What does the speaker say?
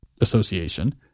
Association